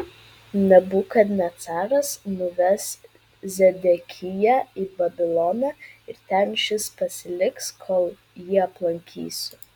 nebukadnecaras nuves zedekiją į babiloną ir ten šis pasiliks kol jį aplankysiu